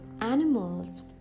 animals